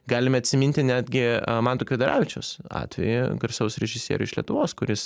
galime atsiminti netgi manto kvedaravičiaus atvejį garsaus režisierių iš lietuvos kuris